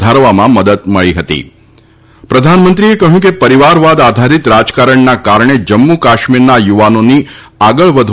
વધારવામાં મદદ મળી હતી પ્રધાનમંત્રીએ કહ્યું કેપરિવાર વાદ આધારિત રાજકારણના કારણે જમ્મુકાશ્મીરના યુવાનોની આગળ તેમણે કહ્યું કે